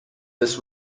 this